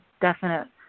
definite